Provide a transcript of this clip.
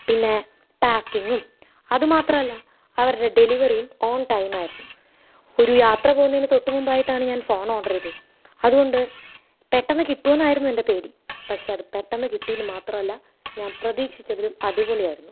പിന്നെ പാക്കിങ്ങും അതുമാത്രമല്ല അവരുടെ ഡെലിവെറിയും ഓൺടൈം ആയിരുന്നു ഒരു യാത്ര പോകുന്നതിന് തൊട്ട് മുമ്പായിട്ടാണ് ഞാൻ ഫോൺ ഓർഡറ് ചെയ്തത് അതുകൊണ്ട് പെട്ടെന്ന് കിട്ടുവോ എന്നായിരുന്നു എൻ്റെ പേടി പക്ഷേ അത് പെട്ടെന്ന് കിട്ടി എന്ന് മാത്രമല്ല ഞാൻ പ്രതീക്ഷിച്ചതിലും അടിപൊളി ആയിരുന്നു